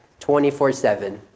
24-7